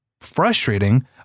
frustrating